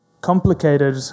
complicated